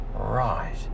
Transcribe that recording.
right